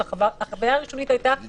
החוויה הראשונית הייתה מחרידה.